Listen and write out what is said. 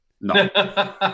No